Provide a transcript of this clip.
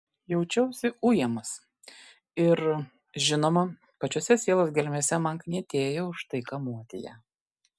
jaučiausi ujamas ir žinoma pačiose sielos gelmėse man knietėjo už tai kamuoti ją